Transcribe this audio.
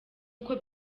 uko